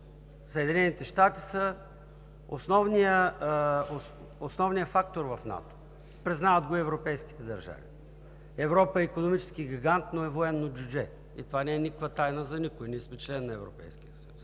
Съединените щати са основният фактор в НАТО. Признават го и европейските държави. Европа е икономически гигант, но е военно джудже и това не е никаква тайна за никого – ние сме член на Европейския съюз.